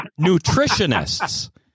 nutritionists